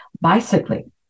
Bicycling